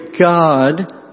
God